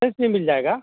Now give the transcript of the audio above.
फिर से मिल जाएगा